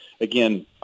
Again